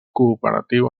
cooperatiu